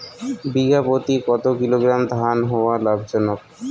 বিঘা প্রতি কতো কিলোগ্রাম ধান হওয়া লাভজনক?